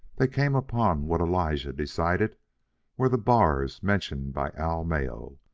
they came upon what elijah decided were the bars mentioned by al mayo.